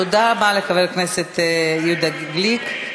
תודה רבה לחבר הכנסת יהודה גליק.